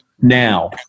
now